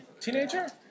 teenager